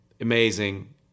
amazing